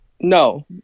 No